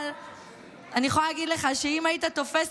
אבל אני יכולה להגיד לך שאם היית תופס